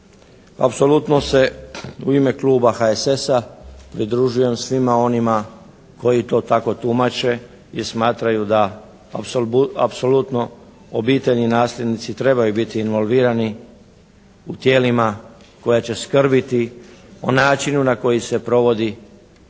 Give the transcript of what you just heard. apsolutno se u ime kluba HSS-a pridružujem svima onima koji to tako tumače i smatraju da apsolutno obitelj i nasljednici trebaju biti involvirani u tijelima koja će skrbiti o načinu na koji se provodi Zakon